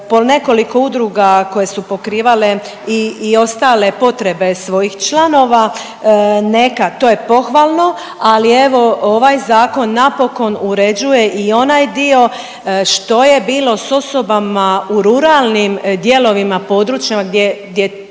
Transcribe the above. po nekoliko udruga koje su pokrivale i ostale potrebe svojih članova. Neka, to je pohvalno, ali evo ovaj zakon napokon uređuje i onaj dio što je bilo s osobama u ruralnim dijelovima, područjima gdje,